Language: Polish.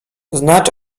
znać